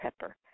Pepper